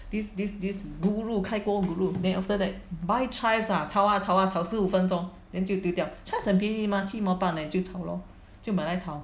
this this this guru 开锅 guru then after that buy chives ah 炒啊炒啊炒十五分钟 then 就丢掉 chives 很便宜吗七毛半而已就炒 lor 就买来炒